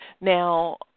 Now